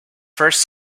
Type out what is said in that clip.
first